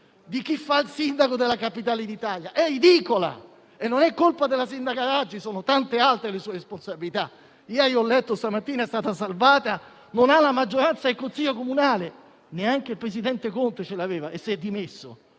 di chi fa il sindaco della capitale d'Italia ed è ridicola. Non è colpa della sindaca Raggi: sono tante altre le sue responsabilità. Ho letto stamattina che ieri è stata salvata, perché non ha la maggioranza in consiglio comunale: neanche il presidente Conte ce l'aveva e si è dimesso.